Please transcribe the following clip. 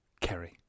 Kerry